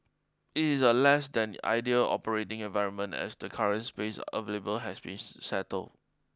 it is a less than ideal operating environment as the current space available has been settle